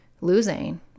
losing